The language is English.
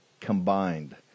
combined